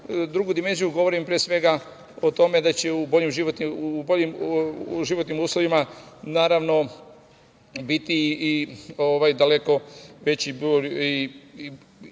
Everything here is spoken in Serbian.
drugu dimenziju, govorim, pre svega, o tome da će u boljim životnim uslovima, naravno, biti i ovaj daleko veći broj